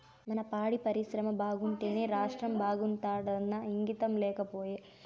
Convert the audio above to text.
మన పాడి పరిశ్రమ బాగుంటేనే రాష్ట్రం బాగుంటాదన్న ఇంగితం లేకపాయే